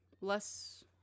less